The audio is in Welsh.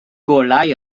golau